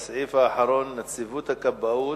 הסעיף האחרון נציבות הכבאות.